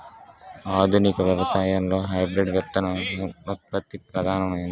ఆధునిక వ్యవసాయంలో హైబ్రిడ్ విత్తనోత్పత్తి ప్రధానమైనది